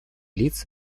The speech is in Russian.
лиц